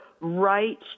right